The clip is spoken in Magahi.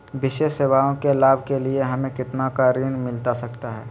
विशेष सेवाओं के लाभ के लिए हमें कितना का ऋण मिलता सकता है?